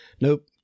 Nope